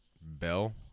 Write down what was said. Bell